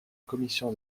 commission